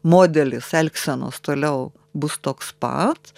modelis elgsenos toliau bus toks pat